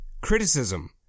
Criticism